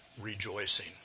rejoicing